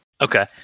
Okay